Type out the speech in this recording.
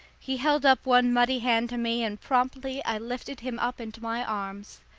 he held up one muddy hand to me, and promptly i lifted him up into my arms.